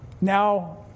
now